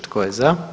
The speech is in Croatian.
Tko je za?